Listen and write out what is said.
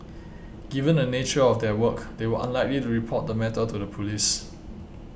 given the nature of their work they were unlikely to report the matter to the police